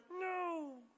no